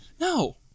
No